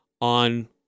on